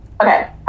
Okay